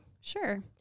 Sure